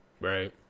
Right